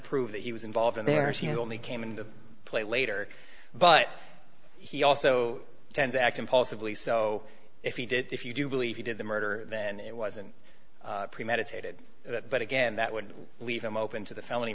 prove that he was involved in their only came into play later but he also tends to act impulsively so if he did if you do believe he did the murder then it wasn't premeditated that but again that would leave him open to the f